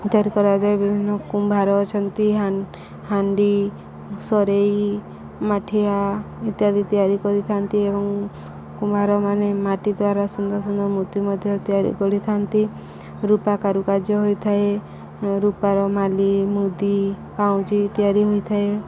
ତିଆରି କରାଯାଏ ବିଭିନ୍ନ କୁମ୍ଭାର ଅଛନ୍ତି ହା ହାଣ୍ଡି ସରେଇ ମାଠିଆ ଇତ୍ୟାଦି ତିଆରି କରିଥାନ୍ତି ଏବଂ କୁମ୍ଭାର ମାନେ ମାଟି ଦ୍ୱାରା ସୁନ୍ଦର ସୁନ୍ଦର ମୂର୍ତ୍ତି ମଧ୍ୟ ତିଆରି କରିଥାନ୍ତି ରୂପା କାରୁକାର୍ଯ୍ୟ ହୋଇଥାଏ ରୂପାର ମାଳି ମୁଦି ପାଉଁଜି ତିଆରି ହୋଇଥାଏ